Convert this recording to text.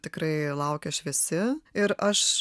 tikrai laukia šviesi ir aš